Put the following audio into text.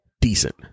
decent